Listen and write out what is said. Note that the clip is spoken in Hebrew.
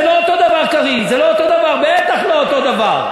זה לא אותו הדבר, בטח לא אותו הדבר.